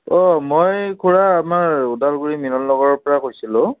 অঁ মই খুৰা আমাৰ ওদালগুৰি মিলন নগৰৰ পৰা কৈছিলোঁ